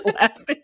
laughing